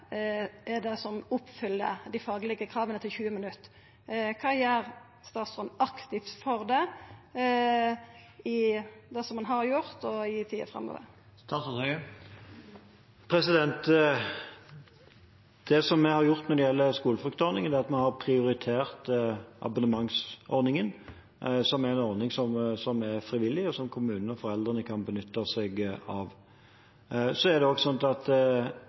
oppfyller dei faglege krava til 20 minutt. Kva gjer statsråden aktivt for det – kva har han har gjort, og kva vil han gjera i tida framover? Det vi har gjort når det gjelder skolefruktordningen, er at vi har prioritert abonnementsordningen, som er en ordning som er frivillig, og som kommunen og foreldrene kan benytte seg av. Det er også slik at politikk av og